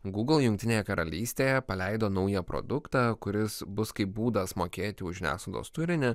gūgl jungtinėje karalystėje paleido naują produktą kuris bus kaip būdas mokėti už žiniasklaidos turinį